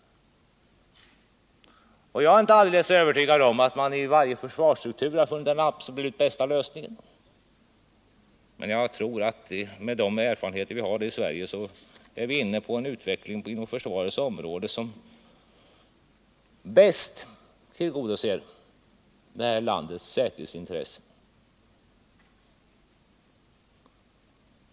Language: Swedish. Jag är inte alldeles säker på att man vid varje försvarsstruktur alltid har funnit den absolut bästa lösningen, men jag tror att vi med de erfarenheter som vi har är inne på en huvudinriktning på försvarets område som bäst tillgodoser landets säkerhetsintressen.